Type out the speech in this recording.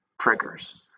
triggers